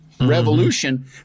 revolution